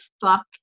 fuck